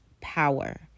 power